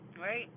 right